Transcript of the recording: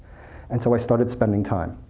and so we started spending time.